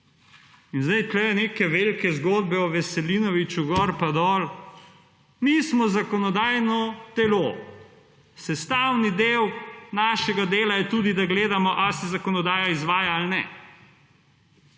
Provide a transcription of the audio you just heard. Tukaj sedaj neke velike zgodbe o Veselinoviću gor pa dol mi smo zakonodajno telo, sestavni del našega dela je tudi, da gledamo ali se zakonodaja izvaja ali ne.